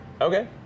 Okay